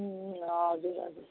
हजुर हजुर